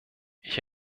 ich